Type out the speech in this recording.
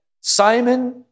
Simon